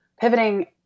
pivoting